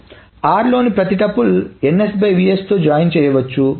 r లోని ప్రతి tuples తో జాయిన్ చేయవచ్చు